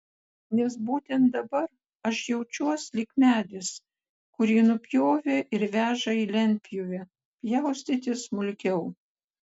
nes būtent dabar aš jaučiuos lyg medis kurį nupjovė ir veža į lentpjūvę pjaustyti smulkiau